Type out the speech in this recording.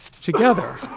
together